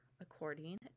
according